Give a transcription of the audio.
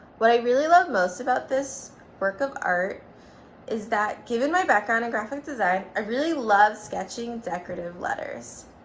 what i really love most about this work of art is that given my background in and graphic design, i really love sketching decorative letters.